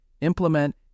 Implement